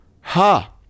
Ha